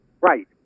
Right